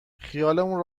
خیالمون